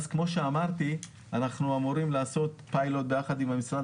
כמו שאמרתי אנחנו אמורים לעשות פיילוט יחד עם המשרד